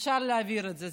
אפשר להעביר את זה.